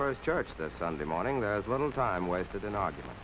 first charge that sunday morning that is little time wasted in august